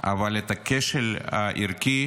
אבל את הכשל הערכי